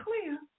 clear